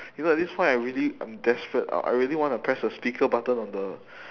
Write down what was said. you know at this point I really I'm desperate I I really want to press the speaker button on the